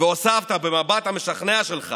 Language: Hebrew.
והוספת במבט המשכנע שלך